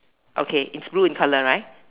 okay it's blue in colour right